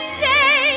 say